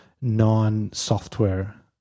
non-software